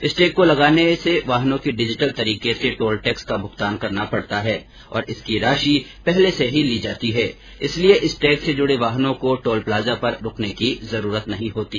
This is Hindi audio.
इस टैग को लगाने से वाहनों की डिजीटल तरीके से टोल टैक्स का भुगतान करना पड़ता है और इसकी राशि पहले से ही ली जाती है इसलिए इस टैग से जुड़े वाहनों को टोल प्लाजा पर रूकने की जरूरत नहीं होती है